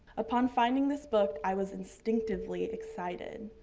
upon finding this book i was instinctively excited.